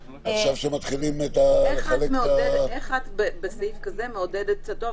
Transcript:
אבל עכשיו כשמתחילים לחלק את --- איך את בסעיף כזה מעודדת טוב,